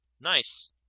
Nice